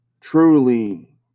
truly